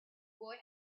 boy